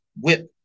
whip